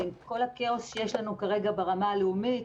עם כל הכאוס שיש לנו כרגע ברמה הלאומית,